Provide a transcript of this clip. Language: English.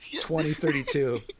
2032